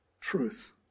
truth